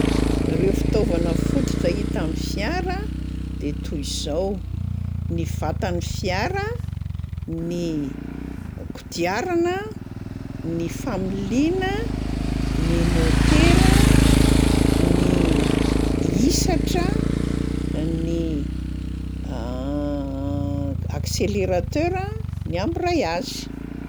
Reo fitaovana fototra hita amin'ny fiara de toy izao: ny vatan'ny fiara, ny kodiarana, ny familiana, ny môtera, ny hisatra, ny accélérateur a, ny embrayage.